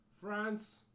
france